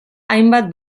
hainbat